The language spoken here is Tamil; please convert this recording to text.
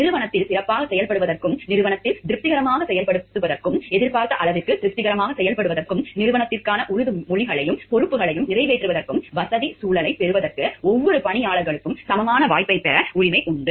நிறுவனத்தில் சிறப்பாகச் செயல்படுவதற்கும் நிறுவனத்தில் திருப்திகரமாகச் செயல்படுவதற்கும் எதிர்பார்த்த அளவுக்கு திருப்திகரமாகச் செயல்படுவதற்கும் நிறுவனத்திற்கான உறுதிமொழிகளையும் பொறுப்புக்களையும் நிறைவேற்றுவதற்கும் வசதிச் சூழலைப் பெறுவதற்கு ஒவ்வொரு பணியாளருக்கும் சமமான வாய்ப்பைப் பெற உரிமை உண்டு